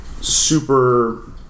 super